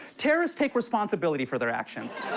terrorists take responsibility for their actions.